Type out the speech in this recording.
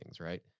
right